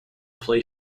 play